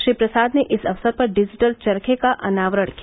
श्री प्रसाद ने इस अवसर पर डिजिटल चरखे का अनावरण किया